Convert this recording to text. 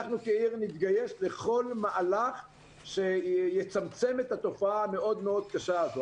אנחנו כעיר נתגייס לכל מהלך שיצמצם את התופעה המאוד מאוד קשה הזו.